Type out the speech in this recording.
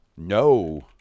no